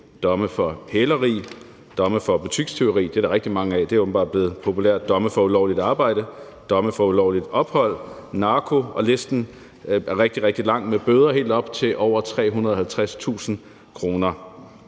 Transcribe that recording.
domme for hæleri, domme for butikstyveri – dem er der rigtig mange af, det er åbenbart blevet populært – domme for ulovligt arbejde, domme for ulovligt ophold og narkodomme. Listen er rigtig, rigtig lang med bøder op til over 350.000 kr.